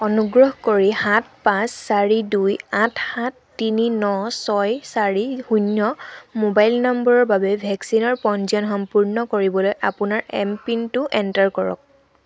অনুগ্ৰহ কৰি সাত পাঁচ চাৰি দুই আঠ সাত তিনি ন ছয় চাৰি শূণ্য মোবাইল নম্বৰৰ বাবে ভেকচিনৰ পঞ্জীয়ন সম্পূৰ্ণ কৰিবলৈ আপোনাৰ এমপিনটো এণ্টাৰ কৰক